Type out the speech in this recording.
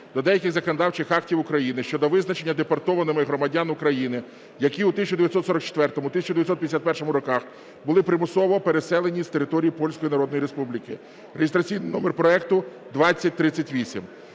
до деяких законодавчих актів України щодо визнання депортованими громадян України, які у 1944-1951 роках були примусово переселені з території Польської Народної Республіки (реєстраційний номер проекту 2038).